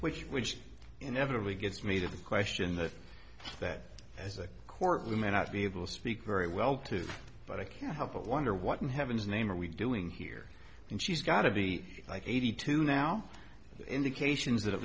which which inevitably gets me to the question that that as a court we may not be able speak very well to but i can't help but wonder what in heaven's name are we doing here and she's got to be eighty two now indications that at